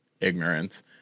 ignorance